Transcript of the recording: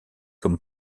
comme